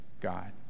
God